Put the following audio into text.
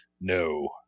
no